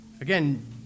Again